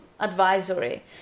Advisory